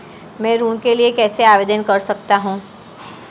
मैं ऋण के लिए कैसे आवेदन कर सकता हूं?